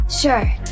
sure